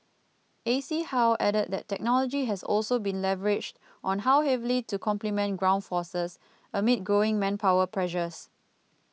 A C how added that technology has also been leveraged on heavily to complement ground forces amid growing manpower pressures